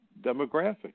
demographics